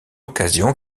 occasion